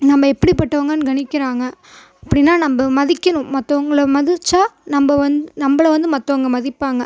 நம்ம எப்படி பட்டவங்கனு கணிக்கிறாங்க அப்படினா நம்ம மதிக்கணும் மற்றவங்கள மதிச்சால் நம்ம வந்து நம்மள வந்து மற்றவங்க மதிப்பாங்கள்